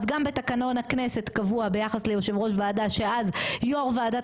אז גם בתקנון הכנסת קבוע ביחס ליושב ראש ועדה שאז יו"ר ועדת